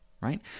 right